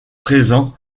présent